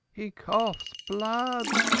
he coughs blood.